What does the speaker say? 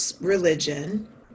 religion